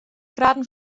graden